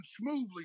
smoothly